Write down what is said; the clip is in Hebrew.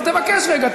טוב, תבקש רגע.